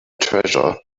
treasure